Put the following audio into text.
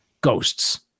ghosts